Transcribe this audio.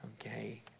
Okay